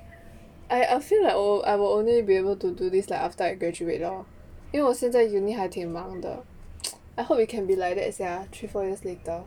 I I feel like oh I will only be able to do this like after I graduate lor 因为我现在 uni 还挺忙的 I hope it can be like sia three four years later